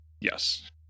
yes